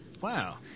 Wow